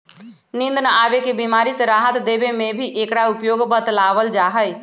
नींद न आवे के बीमारी से राहत देवे में भी एकरा उपयोग बतलावल जाहई